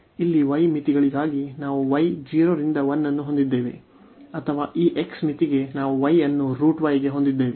ಇಲ್ಲಿ y ಮಿತಿಗಳಿಗಾಗಿ ನಾವು y 0 ರಿಂದ 1 ಅನ್ನು ಹೊಂದಿದ್ದೇವೆ ಅಥವಾ ಈ x ಮಿತಿಗೆ ನಾವು y ಅನ್ನು ಗೆ ಹೊಂದಿದ್ದೇವೆ